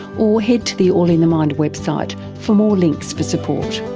or head to the all in the mind website for more links for support.